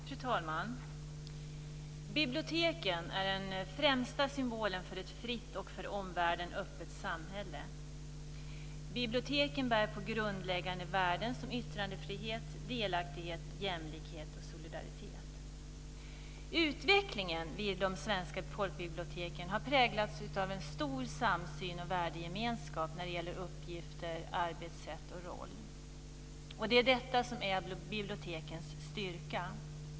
Fru talman! Biblioteken är den främsta symbolen för ett fritt och för omvärlden öppet samhälle. Biblioteken bär på grundläggande värden som yttrandefrihet, delaktighet, jämlikhet och solidaritet. Utvecklingen vid de svenska folkbiblioteken har präglats av en stor samsyn och värdegemenskap när det gäller uppgifter, arbetssätt och roll. Det är detta som är bibliotekens styrka.